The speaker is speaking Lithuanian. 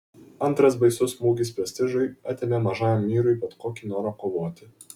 antras baisus smūgis prestižui atėmė mažajam myrui bet kokį norą kovoti